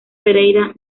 pereira